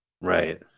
Right